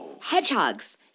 Hedgehogs